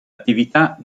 attività